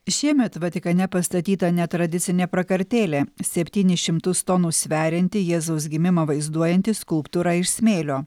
šiemet vatikane pastatyta netradicinė prakartėlė septynis šimtus tonų sverianti jėzaus gimimą vaizduojanti skulptūra iš smėlio